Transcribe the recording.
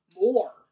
More